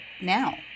now